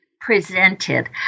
presented